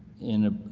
in